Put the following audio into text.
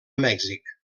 mèxic